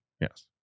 Yes